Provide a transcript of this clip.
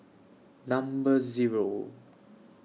Number Zero